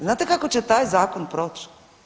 Znate kako će taj zakon proć?